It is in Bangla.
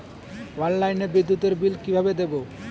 অনলাইনে বিদ্যুতের বিল কিভাবে দেব?